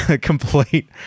complete